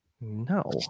No